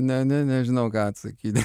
ne ne nežinau ką atsakyti